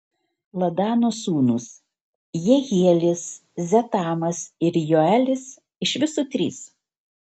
ladano sūnūs jehielis zetamas ir joelis iš viso trys